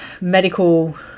medical